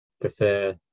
prefer